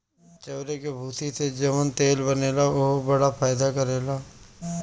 चाउरे के भूसी से जवन तेल बनेला उहो बड़ा फायदा करेला